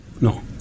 no